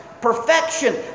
Perfection